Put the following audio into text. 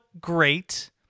great